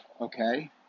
okay